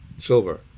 Silver